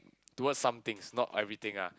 towards something is not everything ah